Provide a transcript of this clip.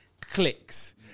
clicks